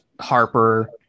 Harper